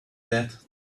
that